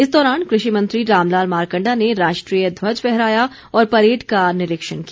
इस दौरान कृषि मंत्री रामलाल मारकण्डा ने राष्ट्रीय ध्वज फहराया और परेड का निरीक्षण किया